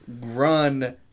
run